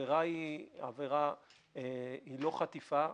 העבירה היא לא חטיפה,